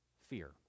fear